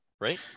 right